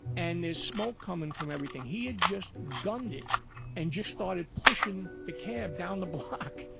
and there's smoke coming from everything he had just gone in and just started pushin the cab down the block.